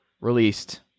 released